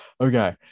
Okay